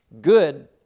good